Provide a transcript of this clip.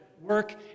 work